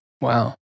Wow